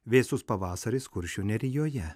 vėsus pavasaris kuršių nerijoje